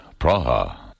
Praha